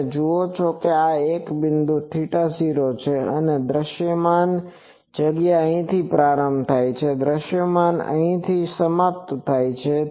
તમે જુઓ છો કે આ એક બિંદુ θ0 છે તેથી દૃશ્યમાન જગ્યા અહીંથી પ્રારંભ થાય છે દૃશ્યમાન જગ્યા અહીં સમાપ્ત થાય છે